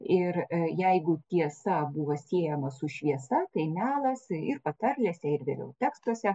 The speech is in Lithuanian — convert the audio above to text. ir jeigu tiesa buvo siejama su šviesa tai melas ir patarlėse ir vėliau tekstuose